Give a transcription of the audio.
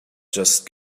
just